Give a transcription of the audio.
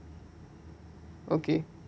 okay